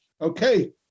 Okay